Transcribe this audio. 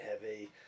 heavy